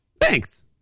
Thanks